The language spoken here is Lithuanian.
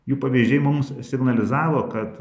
jų pavyzdžiai mums signalizavo kad